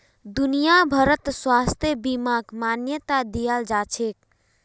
दुनिया भरत स्वास्थ्य बीमाक मान्यता दियाल जाछेक